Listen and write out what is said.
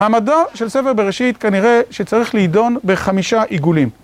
המדע של ספר בראשית כנראה שצריך להידון בחמישה עיגולים